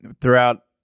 Throughout